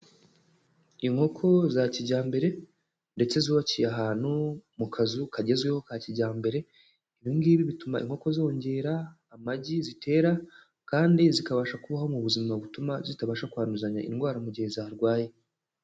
Inkoko za kijyambere ndetse zubakiye ahantu mu kazu kagezweho ka kijyambere, ibi ngibi bituma inkoko zongera amagi zitera kandi zikabasha kubaho mu buzima butuma zitabasha kwanduzanya indwara mu gihe zarwaye.